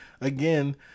Again